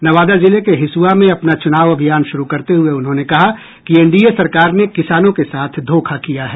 नवादा जिले के हिसुआ में अपना चुनाव अभियान शुरू करते हुए उन्होंने कहा कि एनडीए सरकार ने किसानों के साथ धोखा किया है